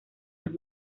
los